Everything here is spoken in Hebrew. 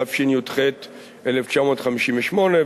התשי"ח 1958,